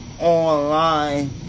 online